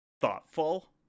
thoughtful